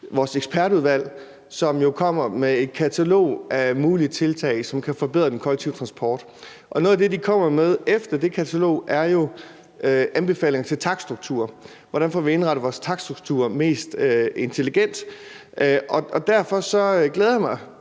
vores ekspertudvalg, som jo kommer med et katalog af mulige tiltag, som kan forbedre den kollektive transport. Noget af det, de kommer med efter det katalog, er jo anbefalinger til takststrukturer, altså hvordan vi får indrettet vores takststrukturer mest intelligent. Derfor glæder jeg mig